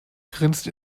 grinst